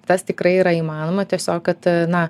tas tikrai yra įmanoma tiesiog kad na